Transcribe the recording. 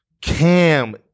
Cam